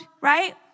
right